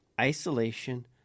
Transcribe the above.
isolation